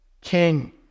King